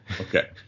Okay